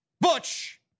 Butch